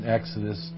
Exodus